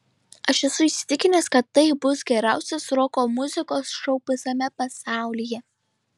aš esu įsitikinęs kad tai bus geriausias roko muzikos šou visame pasaulyje